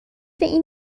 این